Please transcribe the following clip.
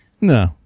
No